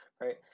right